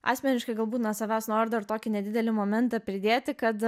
asmeniškai galbūt nuo savęs noriu dar tokį nedidelį momentą pridėti kad